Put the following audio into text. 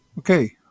Okay